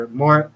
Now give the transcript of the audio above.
more